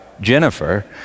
Jennifer